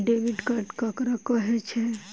Debit card ककरा कहै छै?